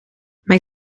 mijn